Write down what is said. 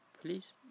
please